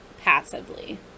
passively